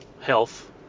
health